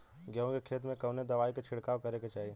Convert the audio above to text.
गेहूँ के खेत मे कवने दवाई क छिड़काव करे के चाही?